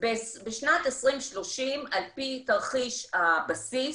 בשנת 2030 על פי תרחיש הבסיס,